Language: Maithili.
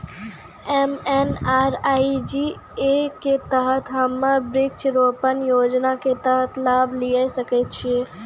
एम.एन.आर.ई.जी.ए के तहत हम्मय वृक्ष रोपण योजना के तहत लाभ लिये सकय छियै?